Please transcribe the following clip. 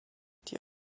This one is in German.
die